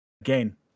Again